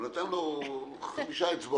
הוא נתן לו חמש אצבעות.